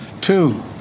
Two